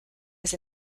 was